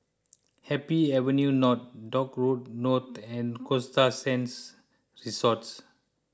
Happy Avenue North Dock Road North and Costa Sands Resort